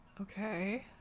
Okay